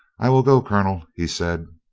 i will go, colonel, he said.